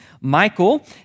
Michael